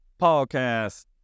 podcast